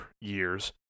years